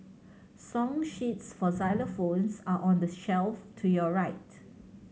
song sheets for xylophones are on the shelf to your right